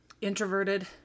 introverted